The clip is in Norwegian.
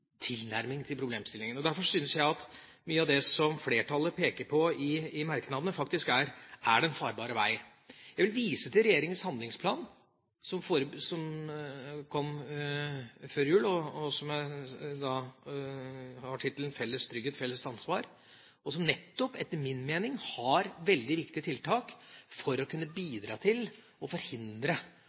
tilnærming til problemstillingene. Derfor syns jeg at mye av det som flertallet peker på i merknadene, faktisk er den farbare vei. Jeg vil vise til regjeringas handlingsplan, som kom før jul, og som har tittelen Felles trygghet – felles ansvar. Den inneholder etter min mening veldig viktige tiltak for å hindre at folk bedriver den type ulovlige aktiviteter, enten det er oppfordring og forberedelse til,